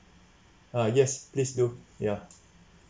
uh yes please do ya